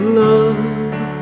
love